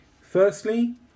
Firstly